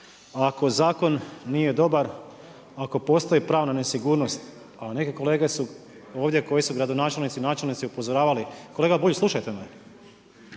Ako zakon nije dobar, ako postoji pravna nesigurnost, a neke kolege su ovdje koji su gradonačelnici, načelnici upozoravali. Kolega Bulj, slušajte me,